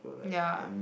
ya